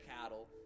cattle